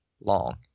long